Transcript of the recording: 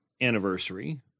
anniversary